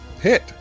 Hit